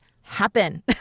happen